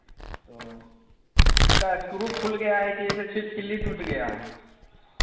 तो उसका स्क्रू खुल गया है कि ऐसे छिटकिली टूट गया है